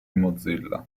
mozilla